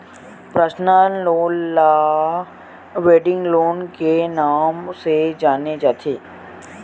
personal loan ल wedding loan के नांव ले जाने जाथे